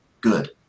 good